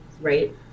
Right